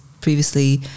previously